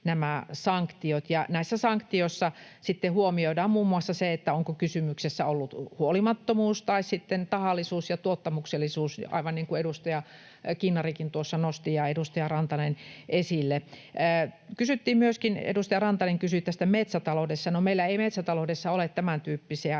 nämä sanktiot ja näissä sanktioissa sitten huomioidaan muun muassa se, onko kysymyksessä ollut huolimattomuus tai sitten tahallisuus ja tuottamuksellisuus, aivan niin kuin edustaja Kinnarikin tuossa ja edustaja Rantanen nostivat esille. Edustaja Rantanen kysyi myöskin tästä metsätaloudesta. No, meillä ei metsätaloudessa ole tämäntyyppisiä